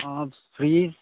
freeze